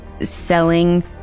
selling